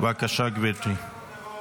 בבקשה, גברתי.